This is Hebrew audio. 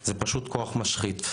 זה פשוט כוח משחית.